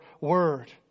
Word